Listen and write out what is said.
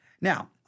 Now